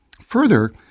Further